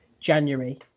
January